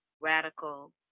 radical